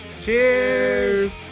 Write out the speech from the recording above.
Cheers